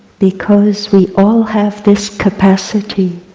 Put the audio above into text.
because we all have this capacity,